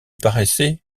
paraissaient